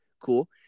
Cool